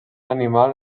animal